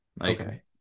okay